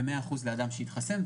ומאה אחוז לאדם שהתחסן,